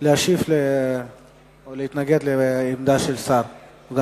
להשיב ולהתנגד לעמדה של סגן